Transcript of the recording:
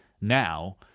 now